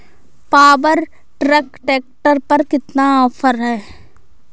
Power track tractor पर कितना offer है?